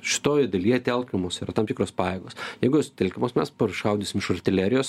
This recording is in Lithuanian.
šitoj dalyje telkiamos yra tam tikros pajėgos jeigu jos sutelkiamos mes pašaudysim iš artilerijos